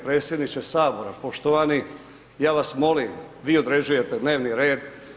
Predsjedniče Sabora poštovani, ja vas molim, vi određujete dnevni red.